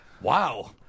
Wow